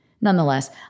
Nonetheless